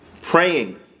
Praying